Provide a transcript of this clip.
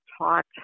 taught